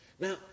Now